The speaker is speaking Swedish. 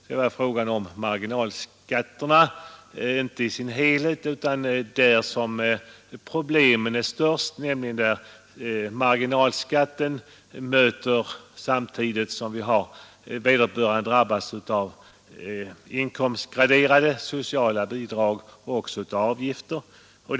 Det gäller marginalskatterna, inte i deras helhet utan där problemen är störst, nämligen där vederbörande samtidigt drabbas av marginalskatt och bortfall av inkomstgraderade sociala bidrag och därtill av höjda avgifter.